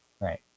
Right